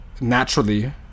naturally